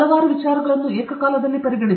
ಹಲವಾರು ವಿಚಾರಗಳನ್ನು ಏಕಕಾಲದಲ್ಲಿ ಪರಿಗಣಿಸಿ